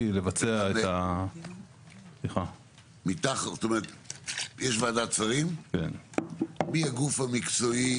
לבצע --- יש ועדת שרים והיא הגוף המקצועי